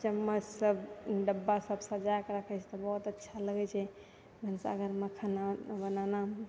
ताहिमे सब